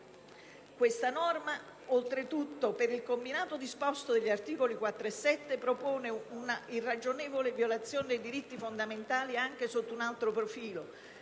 La norma, oltretutto, per il combinato disposto degli articoli 4 e 7, propone una irragionevole violazione di diritti fondamentali anche sotto un altro profilo,